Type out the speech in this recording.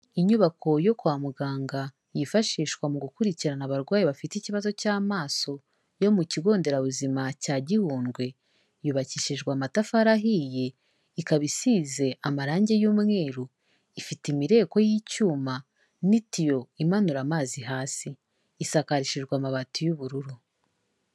Inyubako yo kwa muganga yifashishwa mu gukurikirana abarwayi bafite ikibazo cy'amaso, yo mu kigo nderabuzima cya Gihundwe, yubakishijwe amatafari ahiye, ikaba isize amarangi y'umweru ifite imireko y'icyuma ni tiyo imanura amazi hasi, isakarishijwe amabati y'ubururu.